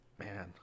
Man